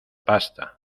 basta